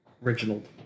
Reginald